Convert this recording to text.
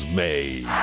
made